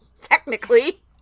Technically